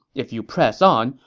if you press on,